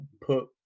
put